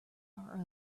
are